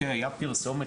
הייתה פרסומת,